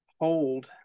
hold